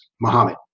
Muhammad